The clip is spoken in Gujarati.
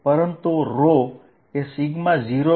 પરંતુ આ a 0 છે